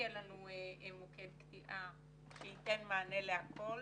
יש תשובה מסודרת לנושא הזה שכוללת גם מעבר בתוך שאלות מאוד קשות,